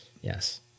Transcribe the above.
Yes